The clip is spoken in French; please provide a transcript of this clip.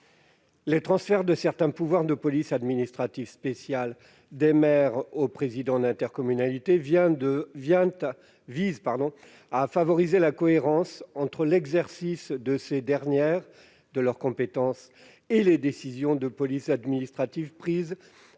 Le transfert de certains pouvoirs de police administrative spéciale des maires au président de l'intercommunalité vise à favoriser la cohérence entre l'exercice par cette dernière de ses compétences et les décisions de police administrative prises